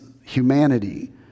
humanity